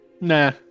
Nah